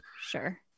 Sure